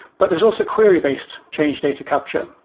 but there's also query-based change data capture,